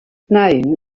known